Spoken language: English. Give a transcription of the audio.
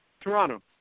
Toronto